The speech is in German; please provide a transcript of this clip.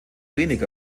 wenig